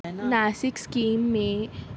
Nashik scheme میں